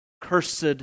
cursed